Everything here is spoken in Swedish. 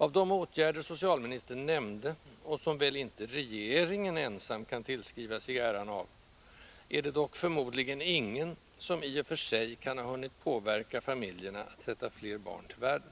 Av de åtgärder socialministern nämnde — och som väl inte regeringen ensam kan tillskriva sig äran av — är det dock förmodligen ingen som i och för sig kan ha hunnit påverka familjerna att sätta fler barn till världen.